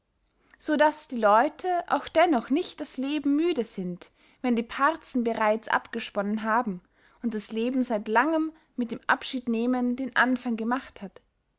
so daß die leute auch dennoch nicht das leben müde sind wenn die parzen bereits abgesponnen haben und das leben seit langem mit dem abschiednehmen den anfang gemacht hat